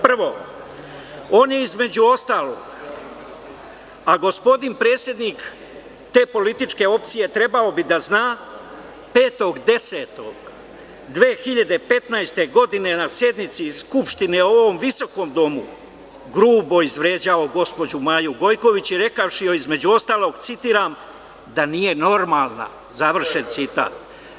Prvo, on je, između ostalog, a gospodin predsednik te političke opcije trebao bi da zna 5.10.2015. godine na sednici Skupštine u ovom visokom domu grubo izvređao gospođu Maju Gojković rekavši joj između ostalog, citiram – „da nije normalna“, završen citat.